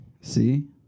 See